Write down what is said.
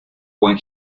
buen